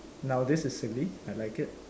now this is silly I like it